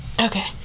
Okay